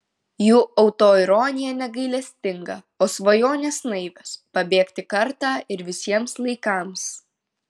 jų autoironija negailestinga o svajonės naivios pabėgti kartą ir visiems laikams